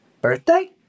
birthday